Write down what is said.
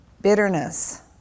Bitterness